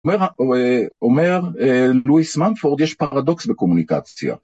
אומר לואיס מנפורד, יש פרדוקס בקומוניקציה.